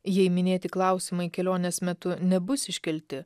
jei minėti klausimai kelionės metu nebus iškelti